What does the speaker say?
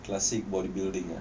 classic bodybuilding ah